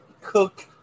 cook